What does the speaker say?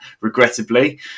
regrettably